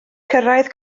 cyrraedd